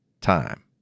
time